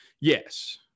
yes